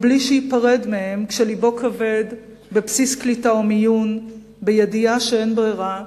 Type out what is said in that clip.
ובלי שייפרד מהם כשלבו כבד בבסיס הקליטה והמיון בידיעה שאין ברירה,